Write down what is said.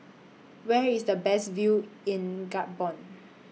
Where IS The Best View in Gabon